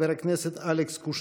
חבר הכנסת אלכס קושניר.